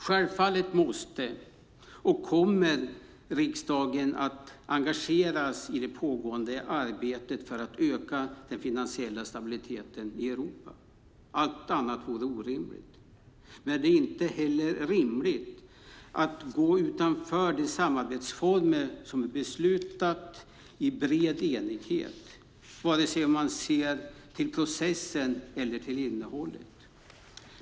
Självfallet måste och kommer riksdagen att engageras i det pågående arbetet för att öka den finansiella stabiliteten i Europa. Allt annat vore orimligt. Men det är inte heller rimligt att gå utanför de samarbetsformer som vi beslutat i bred enighet, vare sig man ser till processen eller till innehållet.